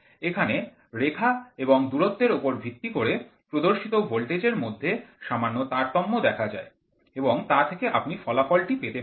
এখানে রেখা এবং দূরত্বের ওপর ভিত্তি করে প্রদর্শিত ভোল্টেজের মধ্যে সামান্য তারতম্য দেখা যায় এবং তা থেকে আপনি ফলাফল টি পেতে পারেন